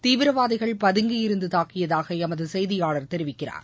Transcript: தீவிரவாதிகள் பதங்கியிருந்து தாக்கியதாக எமது செய்தியாளர் தெரிவிக்கிறார்